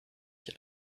ich